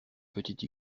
petite